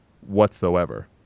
whatsoever